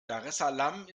daressalam